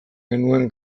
genuen